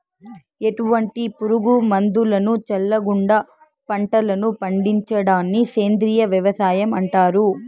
ఎటువంటి పురుగు మందులను చల్లకుండ పంటలను పండించడాన్ని సేంద్రీయ వ్యవసాయం అంటారు